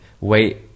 wait